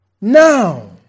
now